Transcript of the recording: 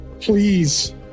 please